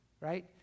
right